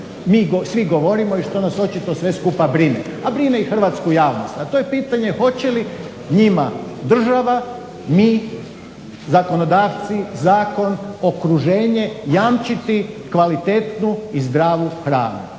mi svi govorimo i što nas očito sve skupa brine, a brine i hrvatsku javnost, a to je pitanje hoće li njima država, mi zakonodavci, zakon, okruženje jamčiti kvalitetnu i zdravu hranu